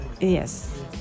Yes